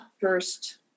first